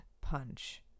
punch